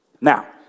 Now